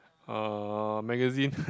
uh magazine